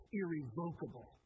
irrevocable